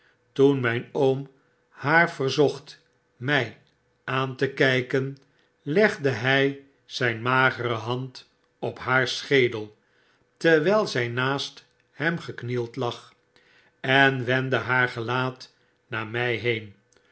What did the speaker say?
toen mijn oom haar verzocht mij aan te kijken legde hij zijn magere hand op haar schedel terwijl zij naast hem geknield lag en wendde haar gelaat naar mij heen